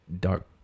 dark